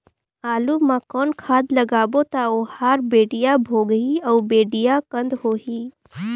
आलू मा कौन खाद लगाबो ता ओहार बेडिया भोगही अउ बेडिया कन्द होही?